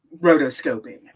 rotoscoping